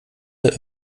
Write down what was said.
der